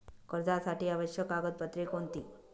कर्जासाठी आवश्यक कागदपत्रे कोणती?